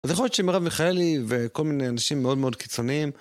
אז יכול להיות שעם הרב מיכאלי וכל מיני אנשים מאוד מאוד קיצוניים.